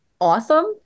awesome